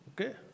Okay